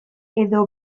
edo